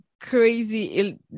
crazy